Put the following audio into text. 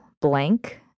blank